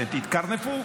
אתם תתקרנפו,